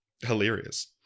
hilarious